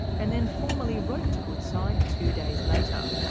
and then formally wrote to woodside two days later.